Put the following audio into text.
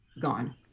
gone